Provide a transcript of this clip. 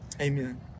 amen